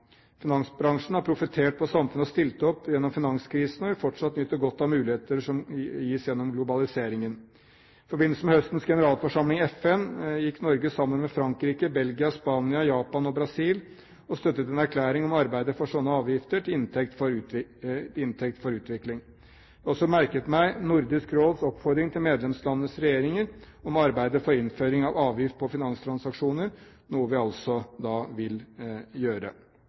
Finansbransjen har profitert på og samtidig stilt opp gjennom finanskrisen og vil fortsatt nyte godt av muligheter som gis gjennom globaliseringen. I forbindelse med høstens generalforsamling i FN har Norge sammen med Frankrike, Belgia, Spania, Japan og Brasil støttet en erklæring om å arbeide for slike avgifter til inntekt for utvikling. Jeg har også merket meg Nordisk Råds oppfordring til medlemslandenes regjeringer om å arbeide for innføring av avgift på finanstransaksjoner, noe vi altså vil gjøre.